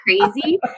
crazy